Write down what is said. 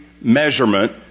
measurement